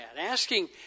asking